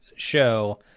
show